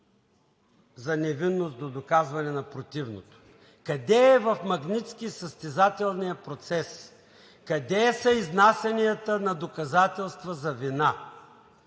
за невинност до доказване на противното? Къде е в „Магнитски“ състезателният процес? Къде са изнасянията на доказателства за вина?